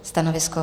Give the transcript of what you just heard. Stanovisko?